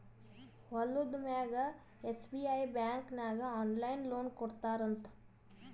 ಹೊಲುದ ಮ್ಯಾಲ SBI bank ನಾಗ್ ಆನ್ಲೈನ್ ಲೋನ್ ಕೊಡ್ತಾರ್ ಅಂತ್